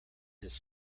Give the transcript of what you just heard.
his